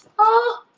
oh